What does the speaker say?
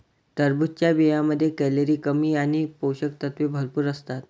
टरबूजच्या बियांमध्ये कॅलरी कमी आणि पोषक तत्वे भरपूर असतात